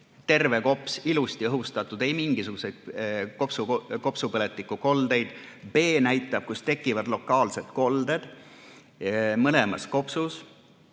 Terve kops, ilusti õhustatud, ei mingisuguseid kopsupõletiku koldeid. B näitab, kus tekivad lokaalsed kolded mõlemas kopsus.